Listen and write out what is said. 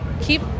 keep